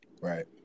Right